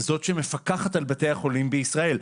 זאת שמפקחת על בתי החולים בישראל.